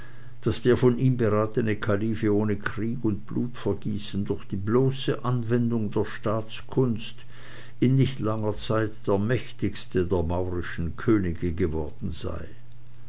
daß der von ihm beratene kalife ohne krieg und blutvergießen durch die bloße anwendung der staatskunst in nicht langer zeit der mächtigste der maurischen könige geworden sei